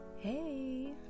Hey